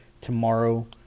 tomorrow